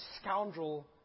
scoundrel